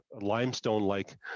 limestone-like